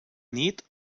nit